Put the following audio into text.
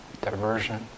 diversion